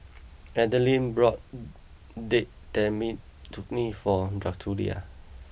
Adeline bought Date Tamarind Chutney for Drucilla